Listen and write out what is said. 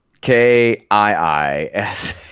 k-i-i-s